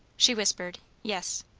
she whispered, yes.